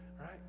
right